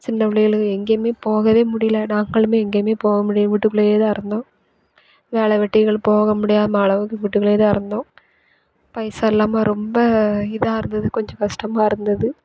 சின்ன பிள்ளையலுங்க எங்கேயுமே போகவே முடியலை நாங்களுமே எங்கேயுமே போக முடிய வீட்டுக்குள்ளேயே தான் இருந்தோம் வேலை வெட்டிகளுக்கு போக முடியாமல் அளவுக்கு வீட்டுக்குள்ளேயே தான் இருந்தோம் பைசா இல்லாமல் ரொம்ப இதாக இருந்துது கொஞ்சம் கஷ்டமாக இருந்துது